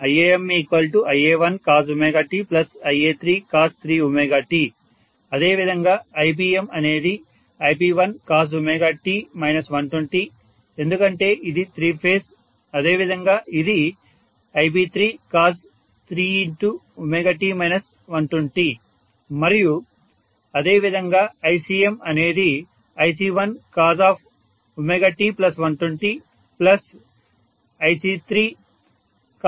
iamia1Costia3Cos3t అదేవిధంగా Ibm అనేది ib1Cos ఎందుకంటే ఇది త్రీ ఫేజ్ అదేవిధంగా ఇది ib3Cos3 మరియు అదేవిధంగా Icm అనేది ic1Cost120ic3Cos3t120అవుతుంది